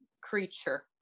creature